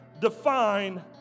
define